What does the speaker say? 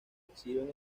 exhiben